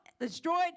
destroyed